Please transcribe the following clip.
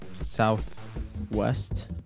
southwest